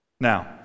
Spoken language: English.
Now